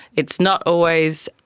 it's not always,